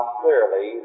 clearly